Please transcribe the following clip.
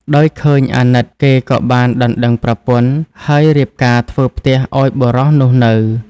ដោយឃើញអាណិត គេក៏បានដណ្ដឹងប្រពន្ធ ហើយរៀបការធ្វើផ្ទះឱ្យបុរសនោះនៅ។